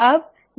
ठीक है